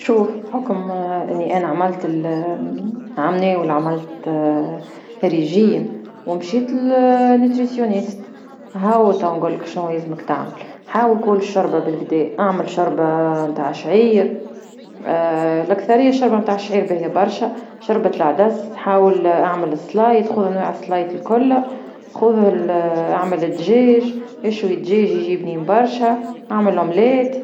شوف بحكم اني انا عملت عني ولا عملت خريجية، ومشيت هاو توا نقولك شنو يلزمك تعمل هاو كول شوربة بالكدا اعمل شربة نتاع شعير الأكثرية شربة نتاع الشعير باهي برشا شربت العدس حاول اعمل سلايط خذ نوع لسلايط على الكل، خوذ اعمل الدجاج اشوي الدجاج يجي بنين برشا أعمل بيض.